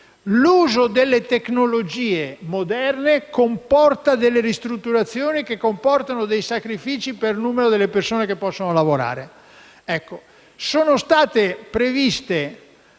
L'uso delle tecnologie moderne comporta delle ristrutturazioni, che comportano dei sacrifici per il numero delle persone che possono lavorare.